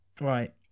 Right